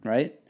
Right